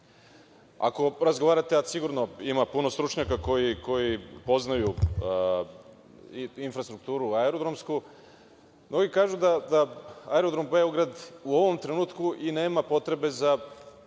Ako razgovarate, a sigurno ima puno stručnjaka koji poznaju infrastrukturu aerodroma, mnogi kažu da aerodrom u Beogradu u ovom trenutku i nema potrebu za